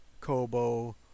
Kobo